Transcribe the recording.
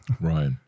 Right